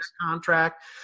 contract